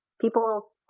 people